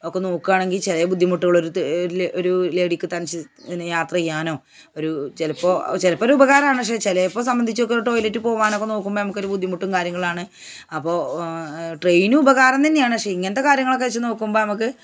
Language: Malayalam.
ഒക്കെ നോക്കുകയാണെങ്കില് ചില ബുദ്ധിമുട്ടുകളൊരുതെ ഇല്ലെ ഒരു ലേഡിക്ക് തനിച്ച് ഇങ്ങനെ യാത്ര ചെയ്യാനോ ഒരു ചിലപ്പോൾ ചിലപ്പൊരുപകാരമാണ് ശ്ശെ ചിലപ്പൊരു സംബന്ധിച്ചൊക്കെ ടോയ്ലെറ്റിൽ പോകാനൊക്കെ നോക്കുമ്പം ഞമ്മക്കൊരു ബുദ്ധിമുട്ടും കാര്യങ്ങളാണ് അപ്പോൾ ട്രയിനുപകാരം തന്നെയാണ് പക്ഷേ ഇങ്ങനത്തെ കാര്യങ്ങളൊക്കെ വെച്ചു നോക്കുമ്പം നമുക്ക്